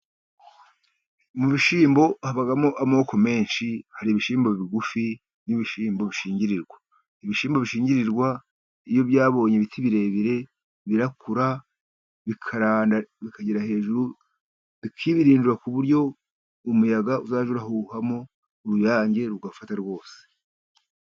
Mu bishyimbo habamo amoko menshi hari ibishyimbo bigufi n'ibishyimbo bishingirirwa. Ibishyimbo bishingirirwa iyo byabonye ibiti birebire birakura bikaranda, bikagera hejuru bikibirindura ku buryo umuyaga uzajya urahuhamo uruyange rugafata rwose.